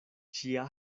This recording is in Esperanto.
ĉia